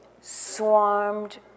swarmed